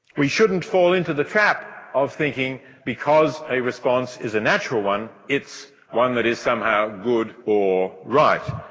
we shouldn't fall into the trap of thinking because a response is a natural one it's one that is somehow good or right.